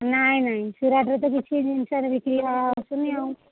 ନାଇଁ ନାଇଁ ସୁରଟ୍ରେ ତ କିଛି ଜିନିଷରେ ବିକ୍ରିି ବା ଆସୁନି ଆଉ